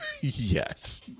Yes